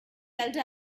elder